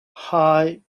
high